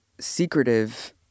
secretive